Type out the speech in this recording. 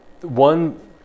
One